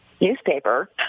newspaper